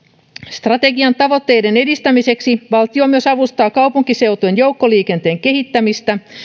strategian tavoitteiden edistämiseksi valtio myös avustaa kaupunkiseutujen joukkoliikenteen kehittämistä